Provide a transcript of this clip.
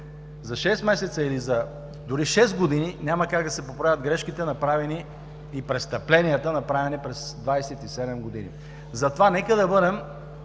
За шест месеца или дори за шест години няма как да се поправят грешките и престъпленията, направени през 27 години. Затова нека да бъдем